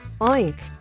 oink